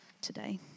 today